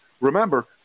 remember